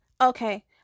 Okay